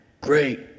Great